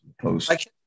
post